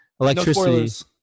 electricity